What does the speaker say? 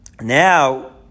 now